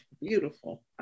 beautiful